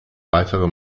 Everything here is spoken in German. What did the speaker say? weitere